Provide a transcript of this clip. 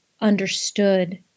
understood